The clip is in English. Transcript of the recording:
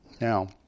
Now